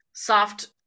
Soft